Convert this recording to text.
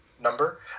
number